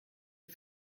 des